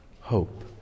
hope